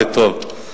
זה טוב.